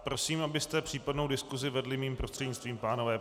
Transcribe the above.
Prosím, abyste případnou diskusi vedli mým prostřednictvím, pánové.